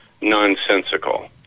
nonsensical